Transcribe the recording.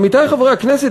עמיתי חברי הכנסת,